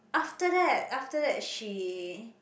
after that after that she